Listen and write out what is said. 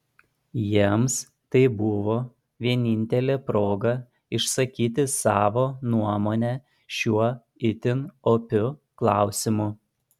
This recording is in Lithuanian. jiems tai buvo vienintelė proga išsakyti savo nuomonę šiuo itin opiu klausimu